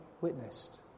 witnessed